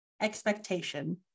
expectation